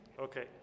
Okay